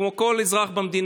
כמו כל אזרח במדינה.